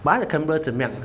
but 它的 camera 怎样